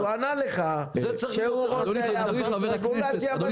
אז הוא ענה לך שהוא רוצה להעביר רגולציה בתחום.